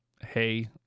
hey